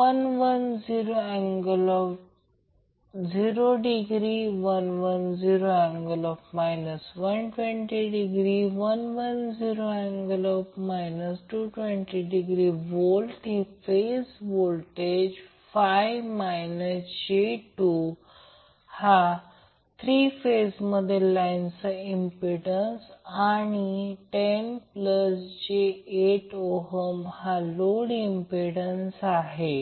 110∠0° 110∠ 120° 110∠ 240° volt हे phase voltage 5 j2 हा 3 phase मधील लाईन्सचा इंम्प्पिडन्स आणि 10j8 ओहम लोड इंम्प्पिडन्स आहे